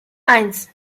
eins